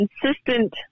consistent